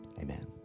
Amen